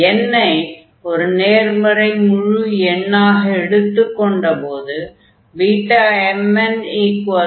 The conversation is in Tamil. n ஐ ஒரு நேர்மறை முழு எண்ணாக எடுத்துக் கொண்டபோது Bmnn 1